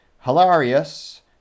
Hilarious